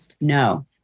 No